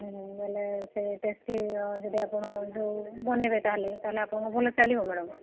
ବୋଇଲେ ସେ ଟେଷ୍ଟଟି ଯଦି ଆପଣ ଯେଉଁ ବନେଇବେ ତା'ହେଲେ ତା'ହେଲେ ଆପଣଙ୍କୁ ଭଲ ଚାଲିବ ମ୍ୟାଡ଼ାମ୍